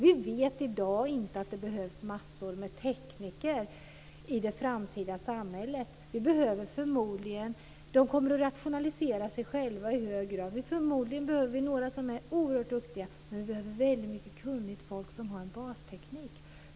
Vi vet i dag inte om det behövs massor av tekniker i det framtida samhället. De kommer att rationalisera sig själva i hög grad. Vi behöver förmodligen några som är oerhört duktiga, men vi behöver väldigt mycket kunnigt folk som har en basteknik.